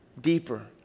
deeper